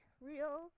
real